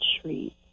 treat